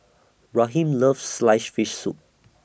Raheem loves Sliced Fish Soup